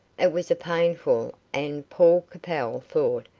it was a painful, and, paul capel thought,